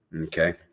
okay